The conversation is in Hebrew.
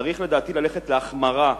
צריך לדעתי ללכת להחמרה.